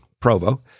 Provo